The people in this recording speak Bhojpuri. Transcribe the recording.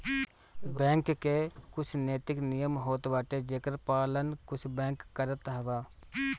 बैंक के कुछ नैतिक नियम होत बाटे जेकर पालन कुछ बैंक करत हवअ